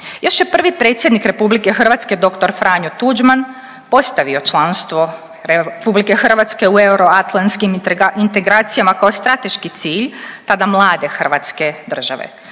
Još je prvi predsjednik RH dr. Franjo Tuđman postavio članstvo RH u euroatlantskim integracijama kao strateški cilj tada mlade Hrvatske države.